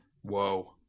Whoa